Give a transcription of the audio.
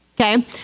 okay